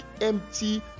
empty